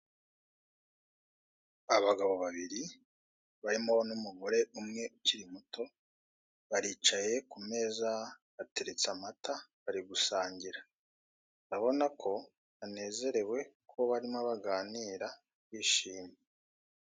Abagabo babiri barimo n'umugore umwe ukiri muto baricaye ku meza hateretse amata bari gusangira urabona ko banezerewe kuko barimo baganira bishimye.